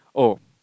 oh